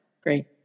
Great